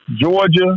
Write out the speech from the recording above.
Georgia